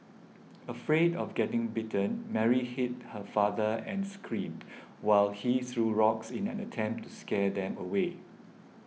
afraid of getting bitten Mary hid her father and screamed while he threw rocks in an attempt to scare them away